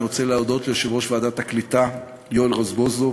אני רוצה להודות ליושב-ראש ועדת הקליטה יואל רזבוזוב